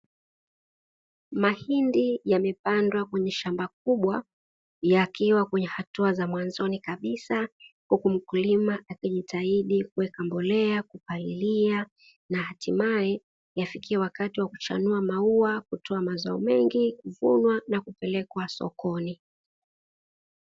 Mahindi yamepandwa kwenye shamba kubwa yakiwa kwenye hatua za mwanzoni kabisa huku mkulima akijitahidi kuweka mbolea, kupalilia na katimaye yafikie wakati wa kuchanua maua kutoa mazao mengi kuvunwa na kupelekwa sokoni.